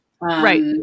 Right